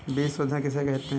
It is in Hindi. बीज शोधन किसे कहते हैं?